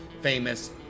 famous